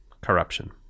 Corruption